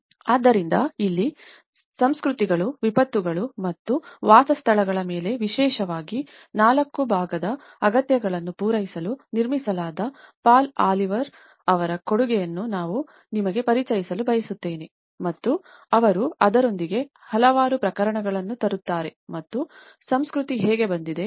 ಆದ್ದರಿಂದ ಇಲ್ಲಿ ಸಂಸ್ಕೃತಿಗಳು ವಿಪತ್ತುಗಳು ಮತ್ತು ವಾಸಸ್ಥಳಗಳ ಮೇಲೆ ವಿಶೇಷವಾಗಿ IV ಭಾಗದ ಅಗತ್ಯತೆಗಳನ್ನು ಪೂರೈಸಲು ನಿರ್ಮಿಸಲಾದ ಪಾಲ್ ಆಲಿವರ್Paul Olivers ಅವರ ಕೊಡುಗೆಯನ್ನು ನಾನು ನಿಮಗೆ ಪರಿಚಯಿಸಲು ಬಯಸುತ್ತೇನೆ ಮತ್ತು ಅವರು ಅದರೊಂದಿಗೆ ಹಲವಾರು ಪ್ರಕರಣಗಳನ್ನು ತರುತ್ತಾರೆ ಮತ್ತು ಸಂಸ್ಕೃತಿ ಹೇಗೆ ಬಂದಿದೆ